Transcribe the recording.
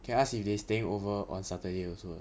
can ask if they staying over on saturday also